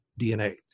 DNA